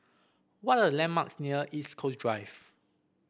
what are the landmarks near East Coast Drive